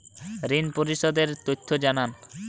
ঋন পরিশোধ এর তথ্য জানান